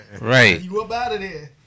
Right